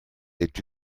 est